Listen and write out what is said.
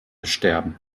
sterben